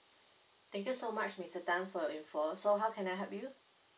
thank you so much mister tan for your info so how can I help you